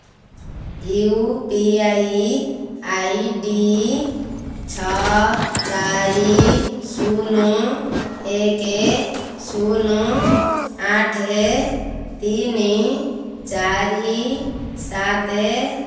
you P I I D ଛଅ ଚାରି ଶୂନ ଏକ ଶୂନ ଆଠ ତିନି ଚାରି ସାତ